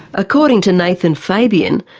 according to nathan fabian,